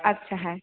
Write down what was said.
আচ্ছা হ্যাঁ